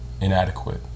inadequate